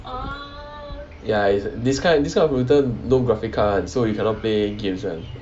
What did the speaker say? ya is this kind this kind of computer no graphic card one so you cannot play games one